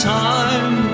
time